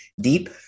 deep